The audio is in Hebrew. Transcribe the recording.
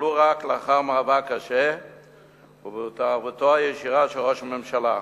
ובוטלו רק לאחר מאבק קשה ובהתערבותו הישירה של ראש הממשלה.